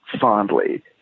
fondly